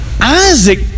Isaac